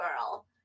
girl